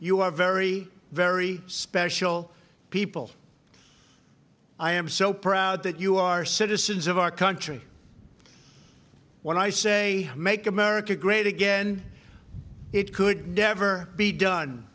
you are very very special people i am so proud that you are citizens of our country when i say make america great again it could never be done